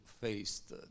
faced